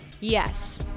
Yes